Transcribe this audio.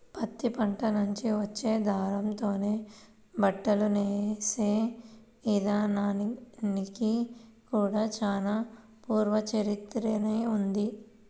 పత్తి పంట నుంచి వచ్చే దారంతోనే బట్టను నేసే ఇదానానికి కూడా చానా పూర్వ చరిత్రనే ఉంది